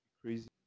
Crazy